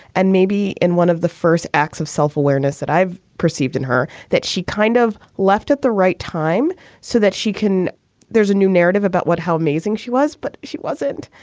and maybe in one of the first acts of self-awareness that i've perceived in her that she kind of left at the right time so that she can there's a new narrative about what how amazing she was, but she wasn't.